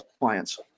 clients